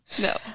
No